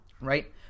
right